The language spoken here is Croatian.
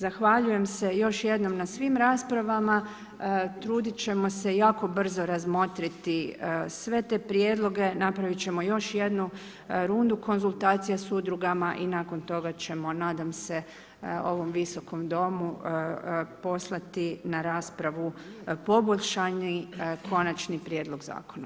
Zahvaljujem se još jednom na svim raspravama, trudit ćemo se jako brzo razmotriti sve te prijedloge, napravit ćemo još jednu rundu konzultacija s udrugama i nakon toga ćemo nadam se ovom Visokom domu poslati na raspravu poboljšani konačni prijedlog zakona.